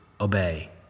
obey